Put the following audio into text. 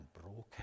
broken